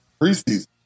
preseason